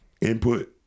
input